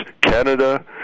Canada